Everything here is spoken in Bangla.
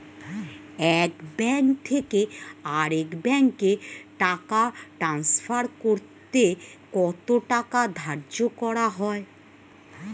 এক ব্যাংক থেকে আরেক ব্যাংকে টাকা টান্সফার করতে কত টাকা ধার্য করা হয়?